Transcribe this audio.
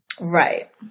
right